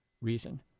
reason